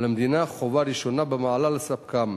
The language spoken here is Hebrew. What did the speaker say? ולמדינה חובה ראשונה במעלה לספקם,